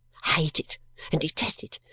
hate it and detest it.